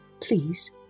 please